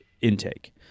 intake